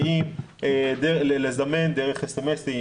האם לזמן דרך אס.אמ.אסים,